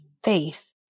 faith